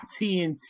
TNT